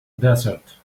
desert